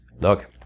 Look